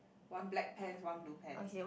one black pants one blue pants